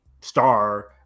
star